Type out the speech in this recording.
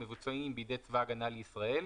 המבוצעים בידי צבא הגנה לישראל,